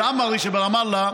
משפחת אבו חמיד מאל-אמערי שברמאללה,